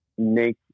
make